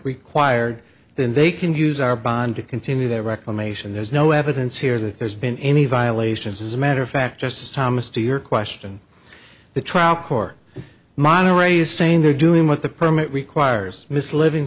required then they can use our bond to continue their reclamation there's no evidence here that there's been any violations as a matter of fact just thomas to your question the trial court monterey's saying they're doing what the permit requires miss living